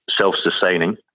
self-sustaining